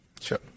sure